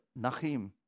nachim